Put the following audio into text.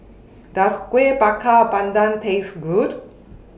Does Kuih Bakar Pandan Taste Good